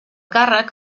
càrrec